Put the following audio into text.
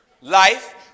life